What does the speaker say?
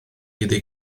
iddi